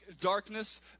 darkness